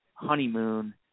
honeymoon